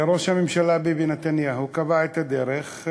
ראש הממשלה ביבי נתניהו קבע את הדרך,